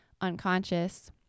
unconscious